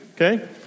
Okay